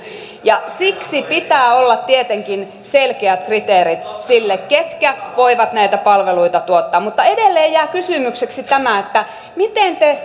siksi pitää olla tietenkin selkeät kriteerit sille ketkä voivat näitä palveluita tuottaa mutta edelleen jää kysymykseksi tämä miten te